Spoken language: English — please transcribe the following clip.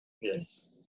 Yes